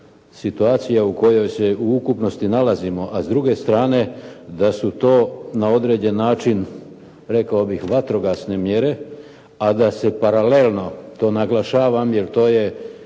situacija u kojoj se u ukupnosti nalazima, a s druge strane da su to na određeni način rekao bih vatrogasne mjere, a da se paralelno, to naglašavam, jer to je